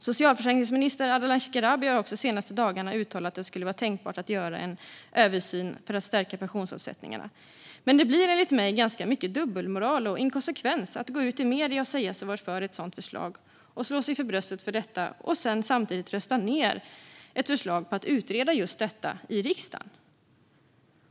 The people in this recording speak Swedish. Socialförsäkringsminister Ardalan Shekarabi har de senaste dagarna uttalat att det skulle vara tänkbart att göra en översyn för att stärka pensionsavsättningarna. Men det blir enligt mig ganska mycket dubbelmoral och inkonsekvens att gå ut i medierna och säga sig vara för ett sådant förslag och slå sig för bröstet för detta samtidigt som man i riksdagen röstar ned ett förslag om att utreda just detta.